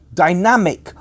dynamic